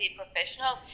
professional